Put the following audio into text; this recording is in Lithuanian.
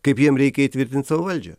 kaip jiem reikia įtvirtint savo valdžią